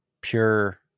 pure